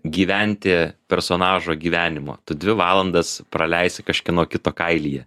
gyventi personažo gyvenimo tu dvi valandas praleisi kažkieno kito kailyje